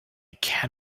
can